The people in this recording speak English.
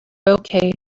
okay